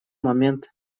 момент